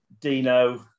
Dino